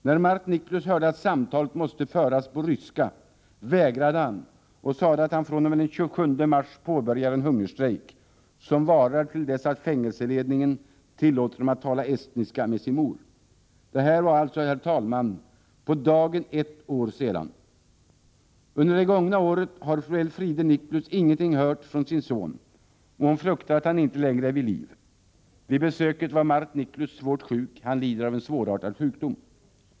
När Mart Niklus hörde att samtalet måste föras på ryska vägrade han och sade att han fr.o.m. den 27 mars påbörjar en hungerstrejk som varar till dess att fängelseledningen tillåter honom tala estniska med sin mor. Detta var alltså på dagen för ett år sedan. Under det gångna året har fru Elfriede Niklus ingenting hört från sin son, och hon fruktar att han inte längre är vid liv. Vid besöket var Mart Niklus allvarligt sjuk — han lider av en svårartad sjukdom.